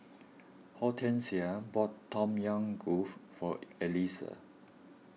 Hortensia bought Tom Yam Goong for Elisa